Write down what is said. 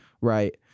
Right